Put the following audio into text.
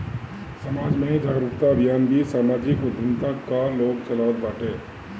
समाज में जागरूकता अभियान भी समाजिक उद्यमिता कअ लोग चलावत बाटे